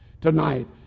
tonight